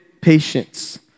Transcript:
patience